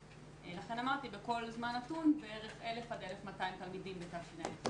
לכן אמרתי שבכל זמן נתון בערך 1,000 עד 1,200 תלמידים בתשע"ח.